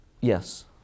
yes